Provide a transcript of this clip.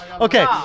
Okay